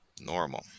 Normal